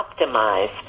optimize